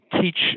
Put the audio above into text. teach